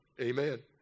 Amen